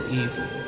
evil